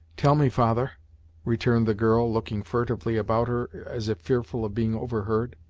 tell me, father returned the girl, looking furtively about her as if fearful of being overheard,